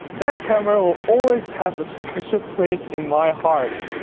that camera will always have a special place in my heart.